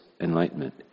enlightenment